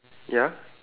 ya